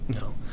no